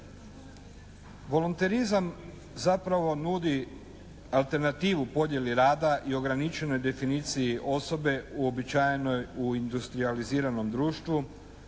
Volonterizam zapravo nudi alternativu podjeli rada i ograničenoj definiciji osobe uobičajenoj u industrijaliziranom društvu